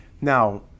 Now